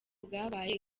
bwabaye